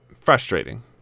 frustrating